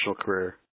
career